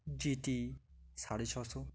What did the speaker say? জি T সাড়ে ছশো